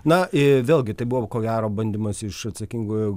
na vėlgi tai buvo ko gero bandymas iš atsakingųjų